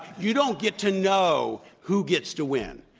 you don't get to know who gets to win.